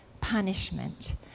punishment